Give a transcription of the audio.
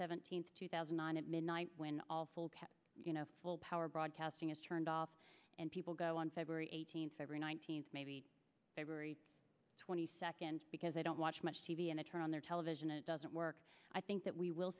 seventeenth two thousand and midnight when all full full power broadcasting is turned off and people go on february eighteenth every nineteenth maybe every twenty seconds because they don't watch much t v and i turn on their television and it doesn't work i think that we will